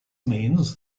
means